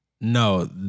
No